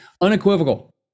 Unequivocal